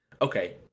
Okay